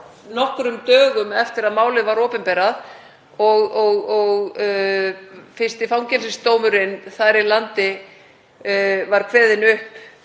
nokkrum dögum eftir að málið var opinberað og fyrsti fangelsisdómurinn þar í landi var kveðinn upp